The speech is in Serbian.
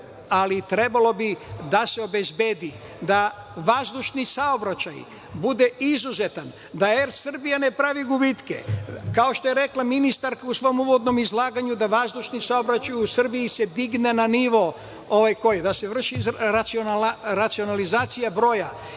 ali trebalo bi da se obezbedi da vazdušni saobraćaj bude izuzetan, da „Er Srbija“ ne pravi gubitke, kao što je rekla ministarka u svom uvodnom izlaganju, da vazdušni saobraćaj u Srbiji se digne na nivo da se vrši racionalizacija broja,